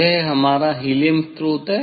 यह हमारा हीलियम स्रोत है